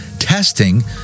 Testing